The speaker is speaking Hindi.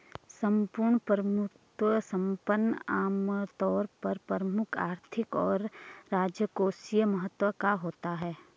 सम्पूर्ण प्रभुत्व संपन्न आमतौर पर प्रमुख आर्थिक और राजकोषीय महत्व का होता है